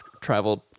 traveled